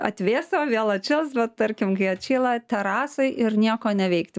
atvėso vėl atšils bet tarkim kai atšyla terasoj ir nieko neveikti